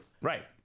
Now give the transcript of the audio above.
right